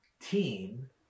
team